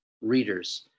readers